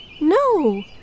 No